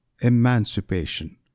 emancipation